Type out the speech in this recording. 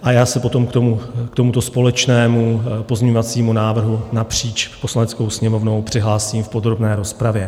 A já se potom k tomuto společnému pozměňovacímu návrhu napříč Poslaneckou sněmovnou přihlásím v podrobné rozpravě.